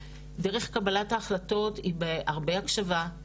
דרך קבלת ההחלטות היא בהרבה הקשבה,